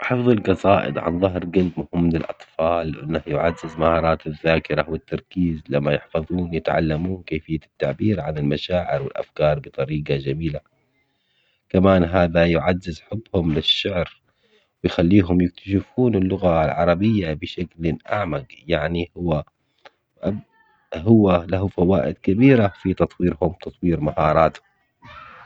حفظ القصائد عن ظهر قلب مهم للأطفال لأنه يعزز مهارات الذاكرة والتركيز لما يحفظون يتعلموا كيفية التعبير عن المشاعر والأفكار بطريقة جميلة، كمان هذا يعزز حبهم للشعر ويخليهم يكتشفون اللغة العربية بشكل أعمق يعني هو أب- هو له فوائد كبيرة في تطويرهم وتطوير مهاراتهم.